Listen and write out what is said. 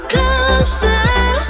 Closer